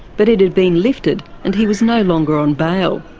but it had been lifted and he was no longer on bail.